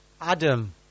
Adam